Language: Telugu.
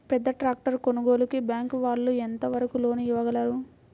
పెద్ద ట్రాక్టర్ కొనుగోలుకి బ్యాంకు వాళ్ళు ఎంత వరకు లోన్ ఇవ్వగలరు?